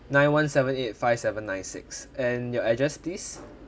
nine one seven eight five seven nine six and your address please